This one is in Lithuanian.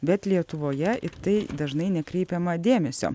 bet lietuvoje į tai dažnai nekreipiama dėmesio